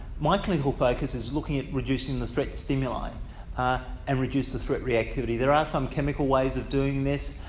my clinical focus is looking at reducing the threat stimuli and reduce the threat reactivity there are some chemical ways of doing this,